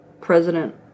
President